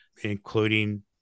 including